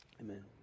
Amen